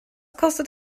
kostet